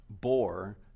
bore